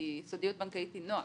כי סודיות בנקאית היא נוהג,